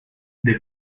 they